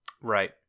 Right